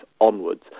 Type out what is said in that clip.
onwards